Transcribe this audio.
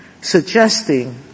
suggesting